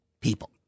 people